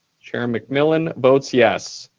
chair mcmillan votes yes.